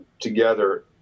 together